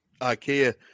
Ikea